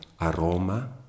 aroma